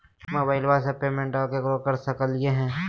मोबाइलबा से पेमेंटबा केकरो कर सकलिए है?